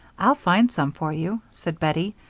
i'll find some for you, said bettie.